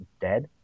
dead